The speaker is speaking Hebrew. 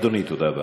אדוני, תודה רבה.